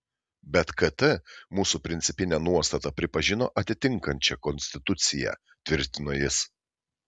bet kt mūsų principinę nuostatą pripažino atitinkančia konstituciją tvirtino jis